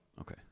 Okay